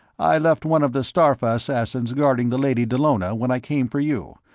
i left one of the starpha assassins guarding the lady dallona when i came for you,